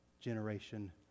generation